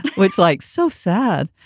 which like so sad.